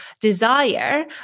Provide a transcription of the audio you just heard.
desire